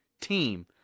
team